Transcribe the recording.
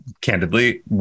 candidly